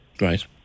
Right